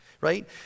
right